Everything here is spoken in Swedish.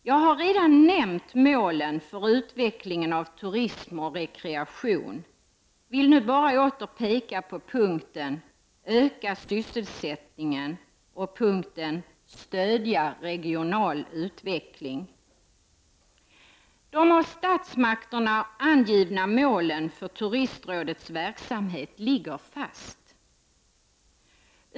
Jag har redan nämnt målen för utvecklingen av turism och rekreation och nu vill jag åter peka på punkterna öka sysselsättningen och stödja regional utveckling. De av statsmakterna angivna målen för turistrådets verksamhet ligger fast.